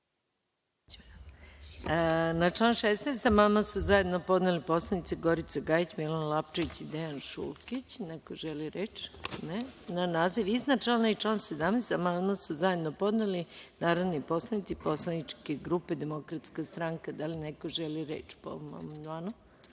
Na član 16. amandman su zajedno podneli narodni poslanici Gorica Gajić, Milan Lapčević i Dejan Šulkić. Da li neko želi reč? Ne. Na naziv iznad člana i član 17. amandman su zajedno podneli narodni poslanici poslaničke grupe Demokratska stranka. Da li neko želi reč